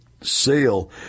sale